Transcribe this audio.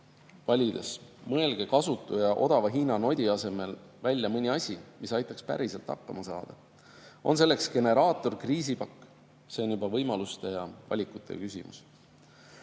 valides mõelge kasutu ja odava Hiina nodi asemel välja mõni asi, mis aitaks päriselt hakkama saada. On see generaator või kriisipakk, see on juba võimaluste ja valikute küsimus.